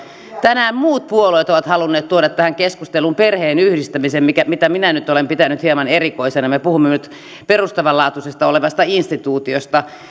tänään muut puolueet ovat halunneet tuoda tähän keskusteluun perheenyhdistämisen mitä minä nyt olen pitänyt hieman erikoisena me puhumme nyt perustavaa laatua olevasta instituutiosta